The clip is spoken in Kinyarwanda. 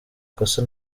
kosa